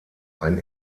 ein